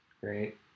Great